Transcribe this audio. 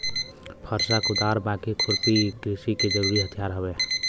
फरसा, कुदार, बाकी, खुरपी कृषि के जरुरी हथियार हउवे